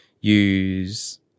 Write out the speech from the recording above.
use